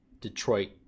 Detroit